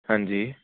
ਹਾਂਜੀ